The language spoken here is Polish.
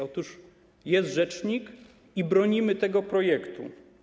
Otóż jest rzecznik i bronimy tego projektu.